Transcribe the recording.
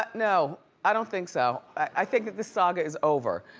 no, i don't think so. i think that this saga is over.